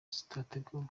zitateguwe